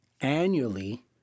Annually